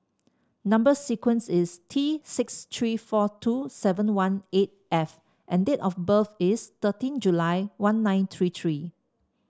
number sequence is T six three four two seven one eight F and date of birth is thirteen July one nine three three